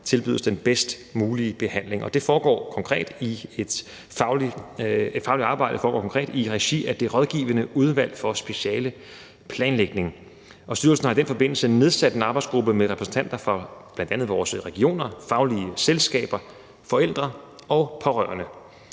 tilbydes den bedst mulige behandling. Det faglige arbejde foregår konkret i regi af Det Rådgivende Udvalg for Specialeplanlægning. Styrelsen har i den forbindelse nedsat en arbejdsgruppe med repræsentanter for bl.a. vores regioner, faglige selskaber, forældre og pårørende.